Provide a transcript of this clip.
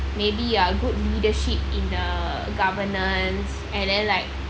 maybe ah good leadership in the governance and then like